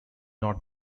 not